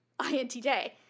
INTJ